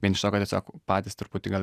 vien iš to kad tiesiog patys truputį gal